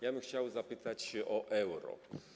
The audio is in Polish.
Ja bym chciał zapytać o euro.